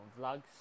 vlogs